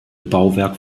bauwerk